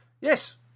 Yes